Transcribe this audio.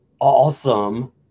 awesome